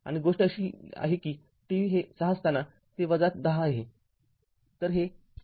आणि गोष्ट अशी आहे कि t हे ६असताना ते १० आहे